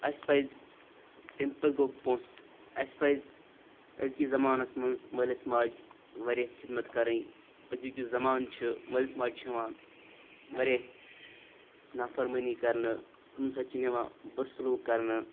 اَسہِ پَزِ تَمہِ پَتہٕ گوٚو پونٛسہٕ اَسہِ پَزِ أزکِس زَمانَس منٛز مٲلِس ماجہِ واریاہ خدمَت کَرٕنۍ أزیُک یُس زَمانہٕ چھِ مٲلِس ماجہِ چھِ یِوان واریاہ نافَرمٲنی کَرنہٕ تِمَن سۭتۍ چھِ نِوان بُرٕ سلوٗک کَرنہٕ